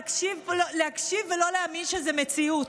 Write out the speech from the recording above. להקשיב ולא להאמין שזו מציאות.